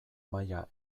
maila